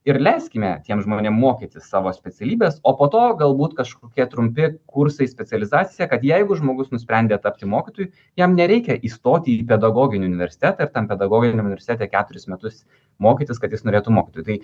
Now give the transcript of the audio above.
ir leiskime tiem žmonėm mokytis savo specialybės o po to galbūt kažkokie trumpi kursai specializacija kad jeigu žmogus nusprendė tapti mokytoju jam nereikia įstoti į pedagoginį universitetą ir tam pedagoginiam universitete keturis metus mokytis kad jis norėtų mokytojų tai